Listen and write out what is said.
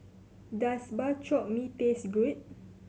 does Bak Chor Mee taste good